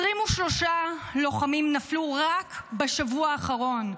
23 לוחמים נפלו רק בשבוע האחרון,